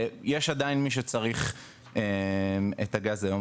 ויש עדיין מי שצריך את הגז היום,